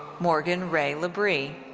morgan rae labrie.